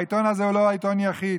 העיתון הזה הוא לא עיתון יחיד.